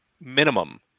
minimum